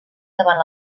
davant